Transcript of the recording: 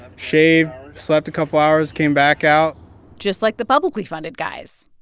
shaved, slept a couple hours, came back out just like the publicly funded guys.